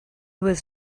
was